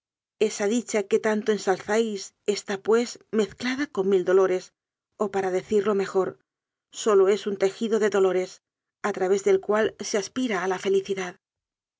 esa dicha que tanto ensalzáis está pues mezclada con mil dolores o para decirlo mejor sólo es un tejido de dolores a través del cual se aspira a la felicidad